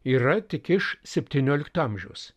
yra tik iš septyniolikto amžiaus